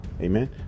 Amen